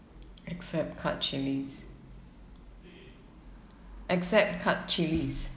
except cut chillies except cut chillies